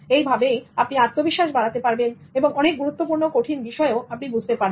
এইভাবে আপনি আত্মবিশ্বাস বাড়াতে পারবেন এবং অনেক গুরুত্বপূর্ণ কঠিন বিষয়ও আপনি বুঝতে পারবেন